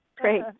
Great